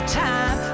time